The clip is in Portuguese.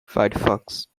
firefox